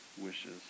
wishes